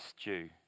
stew